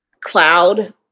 cloud